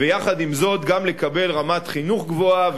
ויחד עם זאת לקבל רמת חינוך גבוהה,